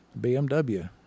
BMW